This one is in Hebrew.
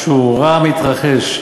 משהו רע מתרחש.